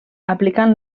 aplicant